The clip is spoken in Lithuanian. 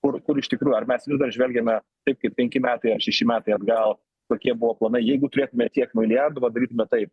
kur kur iš tikrųjų ar mes vis dar žvelgiame taip kaip penki metai ar šeši metai atgal kokie buvo planai jeigu turėtume tiek milijardų va darytume taip